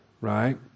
right